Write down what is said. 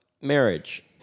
Marriage